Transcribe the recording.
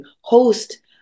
host